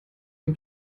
ein